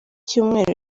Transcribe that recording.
cyumweru